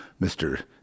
Mr